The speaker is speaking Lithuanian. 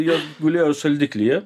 jo gulėjo šaldiklyje